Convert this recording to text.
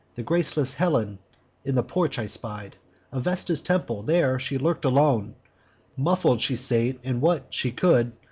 the graceless helen in the porch i spied of vesta's temple there she lurk'd alone muffled she sate, and, what she could,